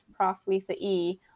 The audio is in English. ProfLisaE